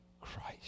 Christ